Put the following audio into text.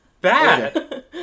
bad